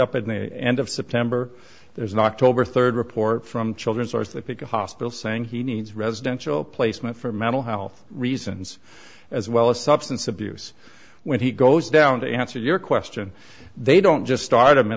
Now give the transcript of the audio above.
up at the end of september there's an october rd report from children's source that pick a hospital saying he needs residential placement for mental health reasons as well as substance abuse when he goes down to answer your question they don't just start i'm in